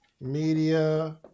media